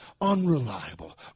unreliable